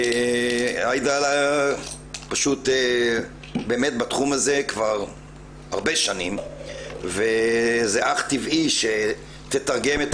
עאידה פשוט באמת בתחום הזה כבר הרבה שנים וזה אך טבעי שתתרגם את